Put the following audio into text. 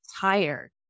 tired